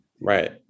Right